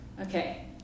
okay